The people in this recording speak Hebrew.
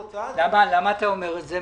למה אתה אומר את זה?